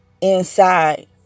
inside